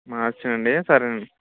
మార్చి అండి సరేనండి